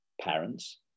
parents